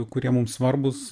kurie mums svarbūs